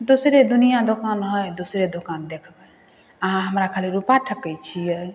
दोसरे दुनिआ दोकान हइ दोसरे दोकान देखबै अहाँ हमरा खाली रुपा ठकै छिए